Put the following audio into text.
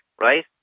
right